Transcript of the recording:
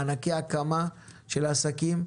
מענקי הקמה של עסקים,